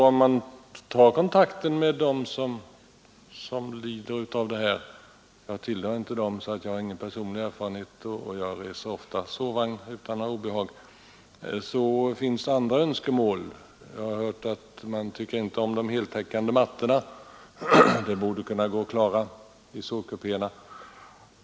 Om man tar kontakt med dem som lider av allergier — jag tillhör inte dem, så jag har ingen personlig erfarenhet, och jag reser ofta sovvagn utan obehag — får man reda på att det också finns andra önskemål. Jag har hört att de t.ex. inte tycker om de heltäckande mattorna. Det borde gå att ta bort dem i sovkupéerna.